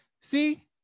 See